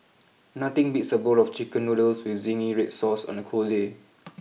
nothing beats a bowl of chicken noodles with zingy red sauce on a cold day